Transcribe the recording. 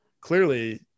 clearly